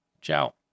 Ciao